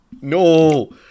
no